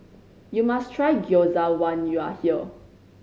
you must try Gyoza when you are here